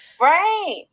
Right